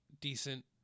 decent